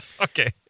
Okay